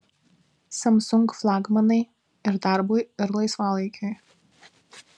samsung flagmanai ir darbui ir laisvalaikiui